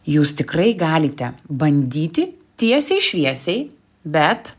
jūs tikrai galite bandyti tiesiai šviesiai bet